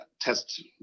test